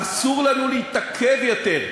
אסור לנו להתעכב יותר.